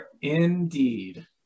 Indeed